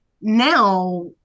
Now